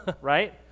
right